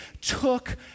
took